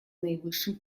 наивысшим